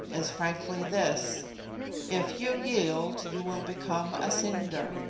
is frankly this if you yield, you will become a cinder.